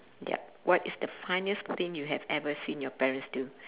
ya what is the funniest thing you had ever seen your parents do